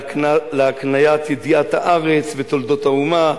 להקניית ידיעת הארץ ותולדות האומה,